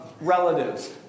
relatives